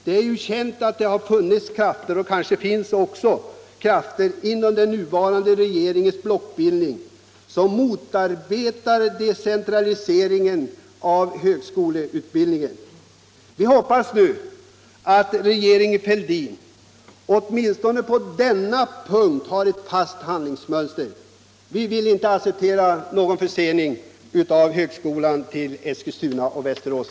Det är ju känt att det har funnits krafter inom den nuvarande regeringens blockbildning som har motarbetat decentraliseringen av högskoleutbildningen. Vi hoppas nu att regeringen Fälldin åtminstone på denna punkt har ett fast handlingsmönster. Vi vill inte acceptera någon försening av starten för högskolan i Eskilstuna/Västerås.